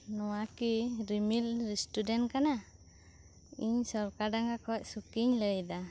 ᱱᱚᱶᱟᱠᱤ Rimil restaurant ᱠᱟᱱᱟ ᱤᱧ ᱥᱚᱨᱠᱟ ᱰᱟᱸᱜᱟ ᱠᱷᱚᱱ ᱥᱩᱠᱷᱤᱧ ᱞᱟᱹᱭ ᱮᱫᱟ